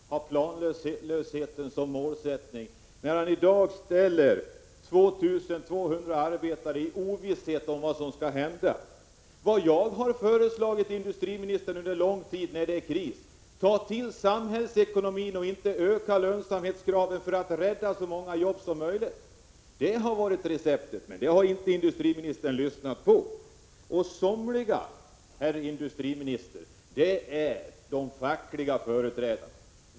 Fru talman! Det var mycket stora ord av en industriminister som har planlösheten som målsättning när han i dag ställer 2 200 arbetare i ovisshet om vad som skall hända. Vad jag under lång tid har föreslagit industriministern när det är kris är att regeringen skall ta till samhällsekonomin och inte öka lönsamhetskraven för att på det sättet rädda så många jobb som möjligt. Det har varit receptet. Men det har inte industriministern lyssnat på. Somliga, herr industriminister, det är de fackliga företrädarna.